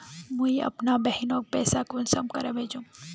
मुई अपना बहिनोक पैसा कुंसम के भेजुम?